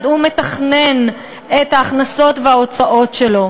הוא מתכנן את ההכנסות וההוצאות שלו.